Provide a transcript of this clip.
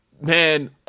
man